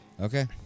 Okay